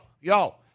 yo